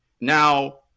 now